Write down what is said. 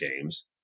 games